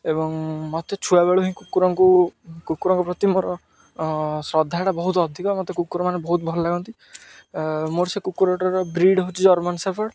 ଏବଂ ମୋତେ ଛୁଆବେଳୁ ହିଁ କୁକୁରଙ୍କୁ କୁକୁରଙ୍କ ପ୍ରତି ମୋର ଶ୍ରଦ୍ଧାଟା ବହୁତ ଅଧିକ ମୋତେ କୁକୁରମାନେ ବହୁତ ଭଲ ଲାଗନ୍ତି ମୋର ସେ କୁକୁରଟାର ବ୍ରିଡ଼ ହେଉଛି ଜର୍ମାନ୍ ସେଫଡ଼୍